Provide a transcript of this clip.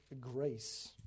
grace